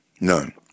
None